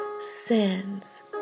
sins